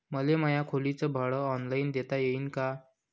मले माया खोलीच भाड ऑनलाईन देता येईन का?